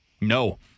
No